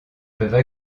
peuvent